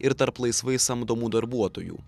ir tarp laisvai samdomų darbuotojų